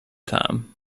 time